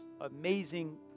amazing